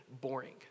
boring